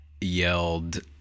yelled